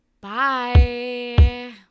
Bye